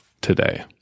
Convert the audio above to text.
today